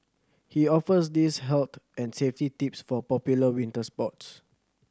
he offers these health and safety tips for popular winter sports